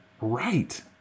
Right